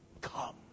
come